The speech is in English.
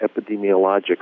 Epidemiologic